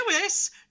Lewis